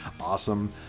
awesome